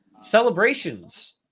Celebrations